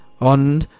on